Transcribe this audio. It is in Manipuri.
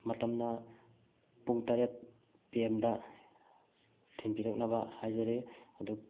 ꯃꯇꯝꯅ ꯄꯨꯡ ꯇꯔꯦꯠ ꯄꯤ ꯑꯦꯝꯗ ꯊꯤꯟꯕꯤꯔꯛꯅꯕ ꯍꯥꯏꯖꯔꯤ ꯑꯗꯨ